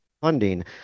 funding